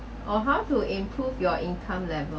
or how to improve your income level